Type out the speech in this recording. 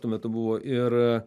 tuo metu buvo ir